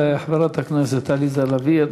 תודה לחברת הכנסת עליזה לביא.